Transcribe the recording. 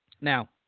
Now